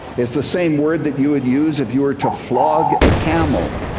it's the same word that you would use if you were to flog a camel.